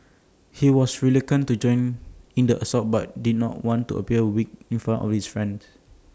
he was reluctant to join in the assault but did not want appear weak in front of his friends